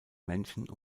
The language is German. menschen